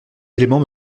éléments